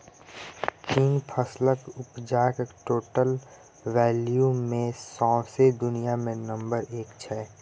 चीन फसलक उपजाक टोटल वैल्यू मे सौंसे दुनियाँ मे नंबर एक छै